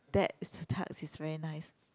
that is a tarts is very nice